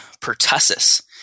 pertussis